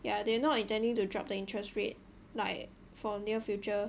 yeah they not intending to drop the interest rate like for near future